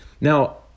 Now